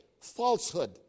falsehood